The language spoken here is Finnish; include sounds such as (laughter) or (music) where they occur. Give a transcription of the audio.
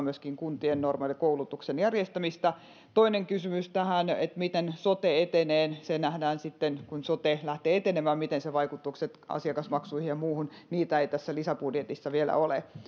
(unintelligible) myöskin kuntien normaalin koulutuksen järjestämistä toinen kysymys tähän miten sote etenee se nähdään sitten kun sote lähtee etenemään sen vaikutukset asiakasmaksuihin ja muuhun niitä ei tässä lisäbudjetissa vielä ole